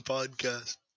Podcast